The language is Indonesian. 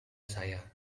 saya